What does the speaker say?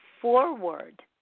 forward